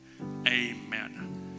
amen